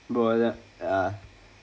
bro (uh huh)